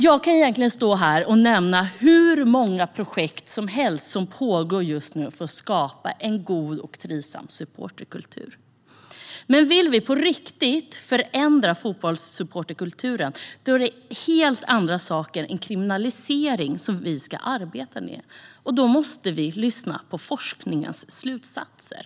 Jag skulle kunna nämna hur många projekt som helst som just nu pågår för att skapa en god och trivsam supporterkultur. Vill vi på riktigt förändra fotbollsupporterkulturen är det helt andra saker än kriminalisering vi ska arbeta med, och då måste vi lyssna på forskningens slutsatser.